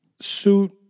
suit